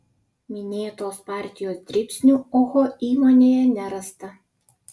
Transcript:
minėtos partijos dribsnių oho įmonėje nerasta